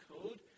code